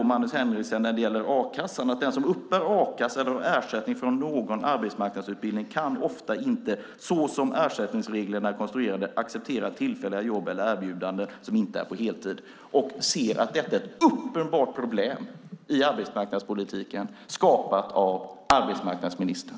Magnus Henrekson säger att den som uppbär a-kassa eller ersättning från någon arbetsmarknadsutbildning kan ofta inte, såsom ersättningsreglerna är konstruerade, acceptera tillfälliga jobb eller erbjudanden som inte är på heltid. Han anser att detta är ett uppenbart problem i arbetsmarknadspolitiken skapat av arbetsmarknadsministern.